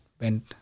went